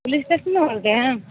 police station से बोल रहे है